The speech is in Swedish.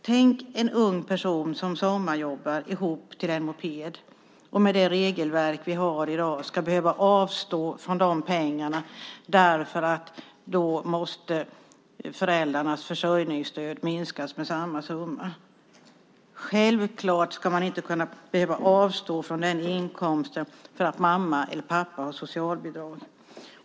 Tänk en ung person som sommarjobbar ihop till en moped och som med det regelverk som vi har i dag ska behöva avstå från de pengarna för att föräldrarnas försörjningsstöd måste minskas med samma summa! Självklart ska man inte behöva avstå från den inkomsten för att mamma eller pappa har socialbidrag.